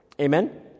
Amen